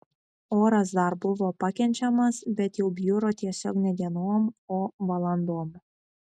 oras dar buvo pakenčiamas bet jau bjuro tiesiog ne dienom o valandom